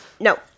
No